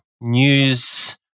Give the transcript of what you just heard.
news